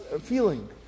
feeling